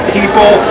people